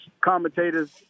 commentators